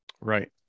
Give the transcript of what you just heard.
Right